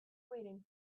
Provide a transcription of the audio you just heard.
waiting